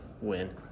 win